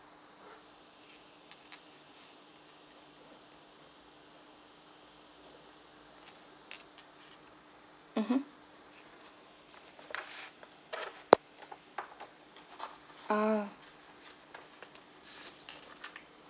mmhmm ah